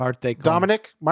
Dominic